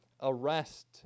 arrest